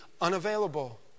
unavailable